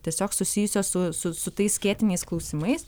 tiesiog susijusios su su su tais skėtiniais klausimais